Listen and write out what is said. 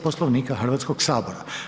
Poslovnika Hrvatskog sabora.